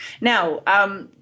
Now